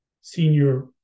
senior